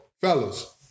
fellas